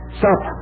stop